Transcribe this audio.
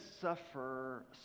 suffer